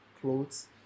clothes